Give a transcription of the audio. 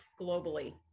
globally